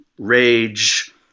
rage